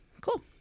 cool